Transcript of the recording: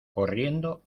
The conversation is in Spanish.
corriendo